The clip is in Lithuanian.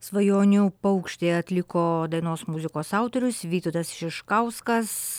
svajonių paukštė atliko dainos muzikos autorius vytautas šiškauskas